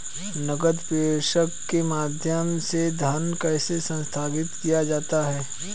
नकद प्रेषण के माध्यम से धन कैसे स्थानांतरित किया जाता है?